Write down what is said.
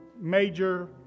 major